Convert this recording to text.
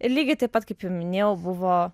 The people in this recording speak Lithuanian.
ir lygiai taip pat kaip jau minėjau buvo